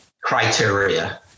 criteria